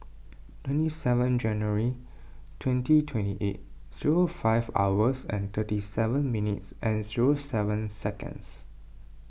twenty seven January twenty twenty eight zero five hours and thirty seven minutes and zero seven seconds